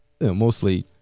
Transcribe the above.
mostly